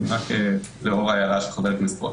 זה רק לאור ההערה של רוטמן.